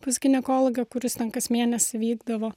pas ginekologe kuris ten kas mėnesį vykdavo